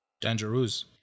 Dangerous